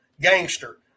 gangster